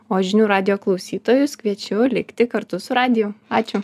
o žinių radijo klausytojus kviečiu likti kartu su radiju ačiū